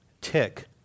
tick